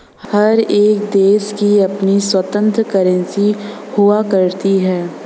हर एक देश की अपनी स्वतन्त्र करेंसी हुआ करती है